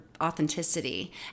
authenticity